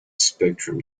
spectrum